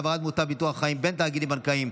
העברת מוטב בביטוח חיים בין תאגידים בנקאיים),